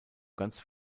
ganz